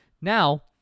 Now